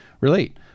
relate